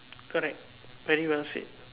correct very well said